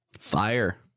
Fire